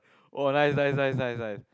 oh nice nice nice nice nice